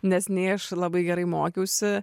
nes nei aš labai gerai mokiausi